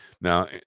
Now